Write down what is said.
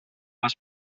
pas